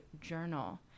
Journal